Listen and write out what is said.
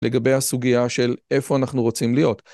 לגבי הסוגיה של איפה אנחנו רוצים להיות.